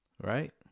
right